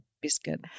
biscuit